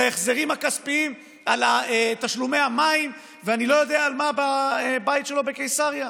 להחזרים הכספיים על תשלומי המים ואני לא יודע על מה בבית שלו בקיסריה?